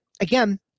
again